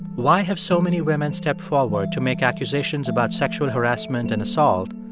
why have so many women stepped forward to make accusations about sexual harassment and assault,